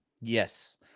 Yes